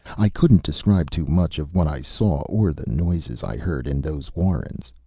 i couldn't describe too much of what i saw or the noises i heard in those warrens.